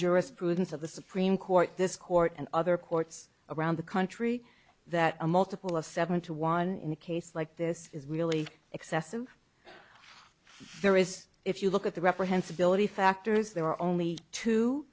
jurisprudence of the supreme court this court and other courts around the country that a multiple of seven to one in a case like this is really excessive there is if you look at the reprehensible of the factors there are only two